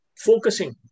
focusing